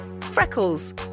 Freckles